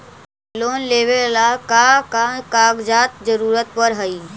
Loan लेवेला का का कागजात जरूरत पड़ हइ?